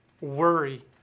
worry